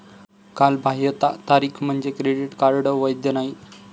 कालबाह्यता तारीख म्हणजे क्रेडिट कार्ड वैध नाही